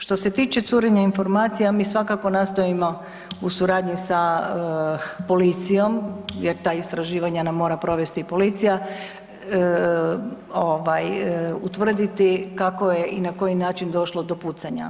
Što se tiče curenja informacija mi svakako nastojimo u suradnji sa policijom jer ta istraživanja nam mora provesti i policija, ovaj utvrditi kako je i na koji način došlo do pucanja.